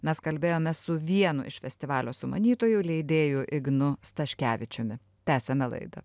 mes kalbėjome su vienu iš festivalio sumanytojų leidėju ignu staškevičiumi tęsiame laidą